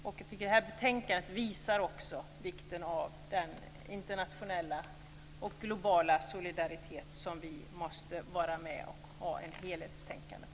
Jag tycker att detta betänkande också visar vikten av den internationella och globala solidaritet som vi måste vara med och ha ett helhetstänkande på.